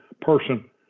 person